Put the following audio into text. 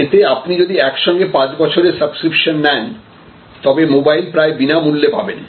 এতে আপনি যদি একসঙ্গে পাঁচ বছরের সাবস্ক্রিপশন নেন তবে মোবাইল প্রায় বিনা মূল্যে পাবেন